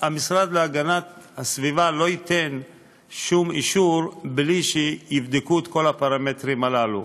המשרד להגנת הסביבה לא ייתן שום אישור בלי שיבדקו את כל הפרמטרים הללו.